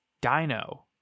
Dino